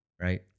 right